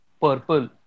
purple